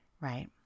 Right